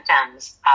symptoms